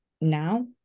now